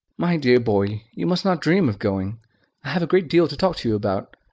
my dear boy, you must not dream of going. i have a great deal to talk to you about,